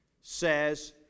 says